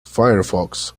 firefox